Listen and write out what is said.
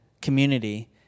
community